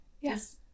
Yes